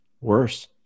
Worse